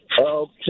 Okay